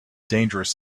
dangerous